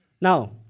Now